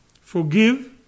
Forgive